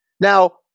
Now